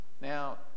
Now